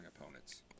opponents